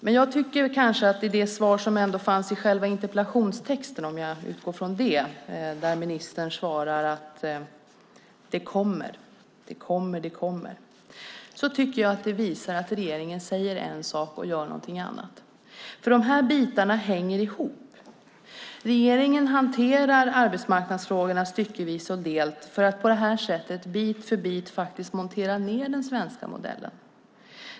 Ministern sade i interpellationssvaret att "det kommer". Det visar att regeringen säger en sak och gör något annat. Bitarna hänger ihop. Regeringen hanterar arbetsmarknadsfrågorna styckevis och delt för att på det sättet bit för bit montera ned den svenska modellen.